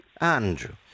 Andrew